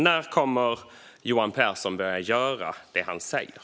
När kommer Johan Pehrson att börja göra det han säger?